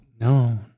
No